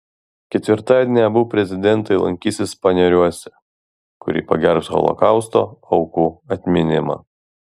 ketvirtadienį abu prezidentai lankysis paneriuose kuri pagerbs holokausto aukų atminimą